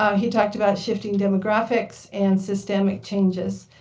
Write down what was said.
ah he talked about shifting demographics and systemic changes.